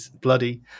bloody